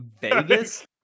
Vegas